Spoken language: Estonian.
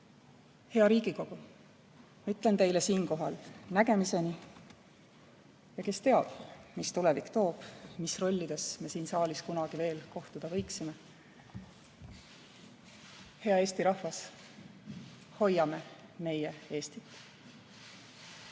Hea Riigikogu, ütlen teile siinkohal nägemiseni. Ja kes teab, mis tulevik toob ja mis rollides me siin saalis kunagi veel kohtuda võiksime. Hea Eesti rahvas, hoiame meie Eestit!